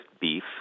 beef